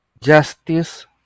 Justice